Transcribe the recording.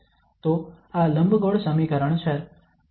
તો આ લંબગોળ સમીકરણ છે